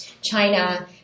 China